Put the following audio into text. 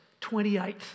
28th